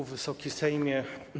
Wysoki Sejmie!